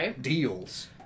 deals